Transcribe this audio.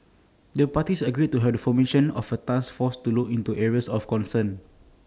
the parties agreed to heard formation of A task force to look into areas of concern